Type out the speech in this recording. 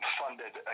funded